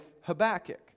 Habakkuk